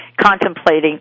contemplating